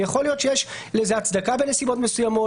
ויכול להיות שיש לזה הצדקה בנסיבות מסוימות